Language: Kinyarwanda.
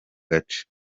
gace